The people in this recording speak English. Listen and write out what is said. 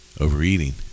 overeating